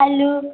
आलु